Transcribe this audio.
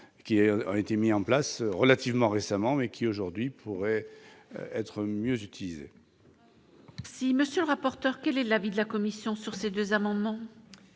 est ont été mis en place, relativement récemment mais qui aujourd'hui pourrait être mieux utilisé. Si monsieur le rapporteur, quel est l'avis de la commission sur ces deux amendements.